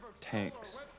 tanks